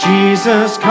Jesus